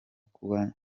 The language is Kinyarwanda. kuba